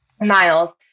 miles